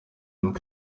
and